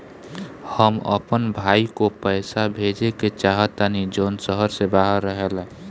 हम अपन भाई को पैसा भेजे के चाहतानी जौन शहर से बाहर रहेला